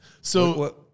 So-